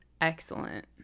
excellent